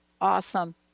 Awesome